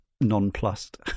nonplussed